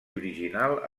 original